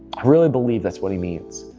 i really believe that's what he means,